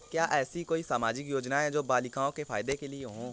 क्या ऐसी कोई सामाजिक योजनाएँ हैं जो बालिकाओं के फ़ायदे के लिए हों?